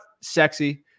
sexy